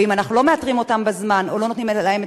ואם אנחנו לא מאתרים אותן בזמן או לא נותנים להן את